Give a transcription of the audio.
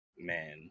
Man